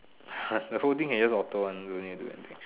uh the whole thing is just auto one don't need to do anything